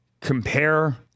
Compare